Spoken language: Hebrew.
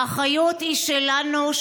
האחריות היא שלנו,